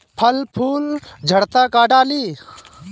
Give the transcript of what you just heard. फल फूल झड़ता का डाली?